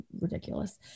ridiculous